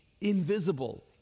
invisible